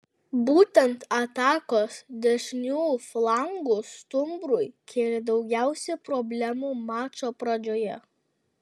būtent atakos dešiniu flangu stumbrui kėlė daugiausiai problemų mačo pradžioje